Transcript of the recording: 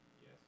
Yes